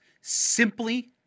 simply